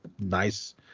nice